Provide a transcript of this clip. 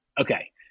Okay